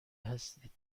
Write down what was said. هستید